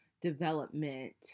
development